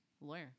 lawyer